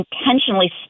intentionally